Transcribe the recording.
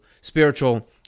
spiritual